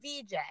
VJ